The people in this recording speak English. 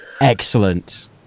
Excellent